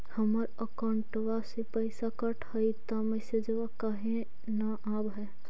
हमर अकौंटवा से पैसा कट हई त मैसेजवा काहे न आव है?